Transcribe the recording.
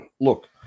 look